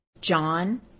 John